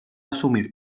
assumir